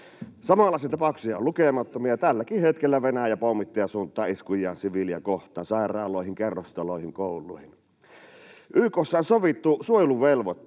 Samanlaisia tapauksia on lukemattomia. Tälläkin hetkellä Venäjä pommittaa ja suuntaa iskujaan siviilejä kohtaan: sairaaloihin, kerrostaloihin, kouluihin. YK:ssa on sovittu suojeluvelvoitteista.